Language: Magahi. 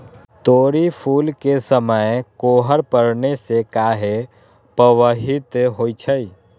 तोरी फुल के समय कोहर पड़ने से काहे पभवित होई छई?